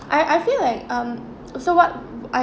I I feel like um so what I